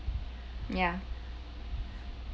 ya